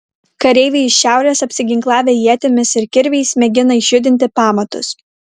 kareiviai iš šiaurės apsiginklavę ietimis ir kirviais mėgina išjudinti pamatus